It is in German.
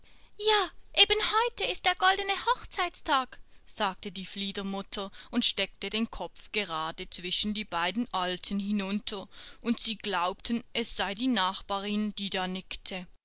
ja eben heute ist der goldene hochzeitstag sagte die fliedermutter und steckte den kopf gerade zwischen die beiden alten hinunter und sie glaubten es sei die nachbarin die da nickte